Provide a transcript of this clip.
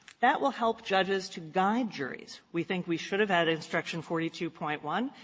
that will help judges to guide juries. we think we should have had instruction forty two point one,